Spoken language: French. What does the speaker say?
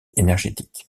énergétique